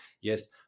Yes